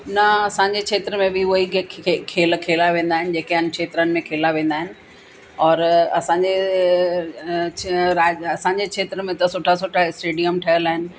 न असांजे क्षेत्र में बि उहे ई खेल खेलिया वेंदा आहिनि जेके अन्य क्षेत्रनि में खेलिया वेंदा आहिनि और असांजे क्षे राज असांजे क्षेत्र में त सुठा सुठा स्टेडियम ठहियलु आहिनि